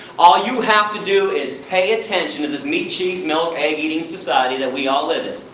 all you have to do, is pay attention to this meat, cheese, milk, egg eating society that we all live in.